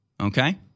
Okay